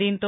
దీంతో